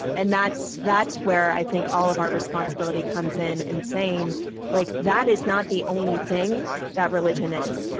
and that's that's where i think all of our responsibility comes in, in saying like that is not the only thing that religion is.